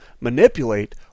manipulate